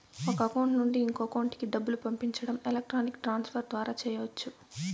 ఒక అకౌంట్ నుండి ఇంకో అకౌంట్ కి డబ్బులు పంపించడం ఎలక్ట్రానిక్ ట్రాన్స్ ఫర్ ద్వారా చెయ్యచ్చు